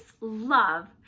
love